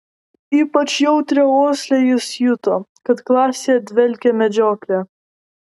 ypač jautria uosle jis juto kad klasėje dvelkė medžiokle